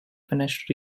finished